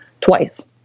twice